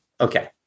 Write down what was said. Okay